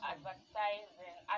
Advertising